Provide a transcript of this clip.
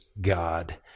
God